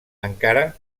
encara